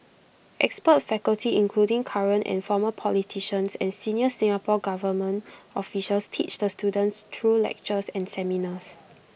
expert faculty including current and former politicians and senior Singapore Government officials teach the students through lectures and seminars